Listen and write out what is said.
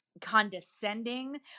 condescending